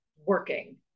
working